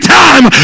time